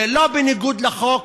זה לא בניגוד לחוק.